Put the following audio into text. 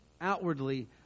outwardly